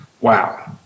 Wow